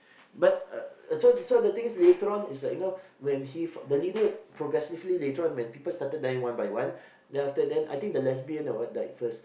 but uh so so the thing is later on is like you know when he the leader progressively later on when people started dying one by one then after that I think the lesbian or what died first